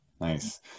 nice